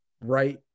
right